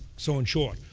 so in short,